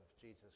Jesus